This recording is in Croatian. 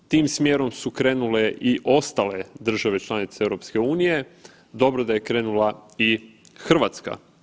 Tim smjerom su krenule i ostale države članice EU, dobro da je krenula i Hrvatska.